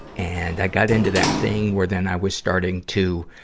and i got into that thing where then i was starting to,